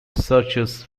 searches